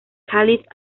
cáliz